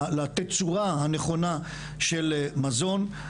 לתצורה הנכונה של מזון.